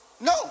No